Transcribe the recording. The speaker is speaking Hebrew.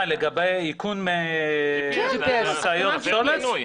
מה, לגבי איכון משאיות פסולת?